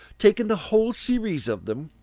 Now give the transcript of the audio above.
taking the whole series of them,